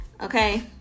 Okay